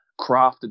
crafted